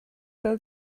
bêl